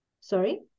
sorry